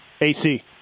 AC